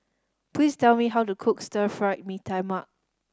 please tell me how to cook Stir Fried Mee Tai Mak